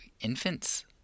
infants